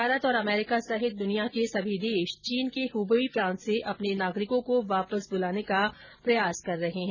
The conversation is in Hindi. भारत और अमरीका सहित दुनिया के सभी देश चीन के हबेई प्रांत से अपने नागरिकों को वापस बुलाने का प्रयास कर रहे हैं